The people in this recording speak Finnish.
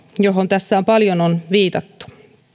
johon tässä paljon on viitattu